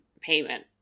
payment